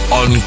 on